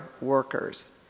workers